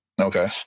Okay